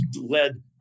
led